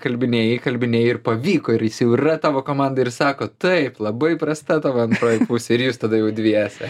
kalbinėjai kalbinėjai ir pavyko ir jis jau yra tavo komandoj ir sako taip labai prasta tavo antroji pusė ir jūs tada jau dviese